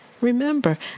Remember